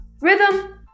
rhythm